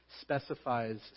specifies